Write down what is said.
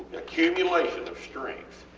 accumulation of strength,